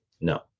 No